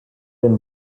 been